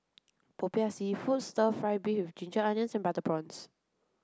Popiah seafood stir fry beef with ginger onions and butter prawns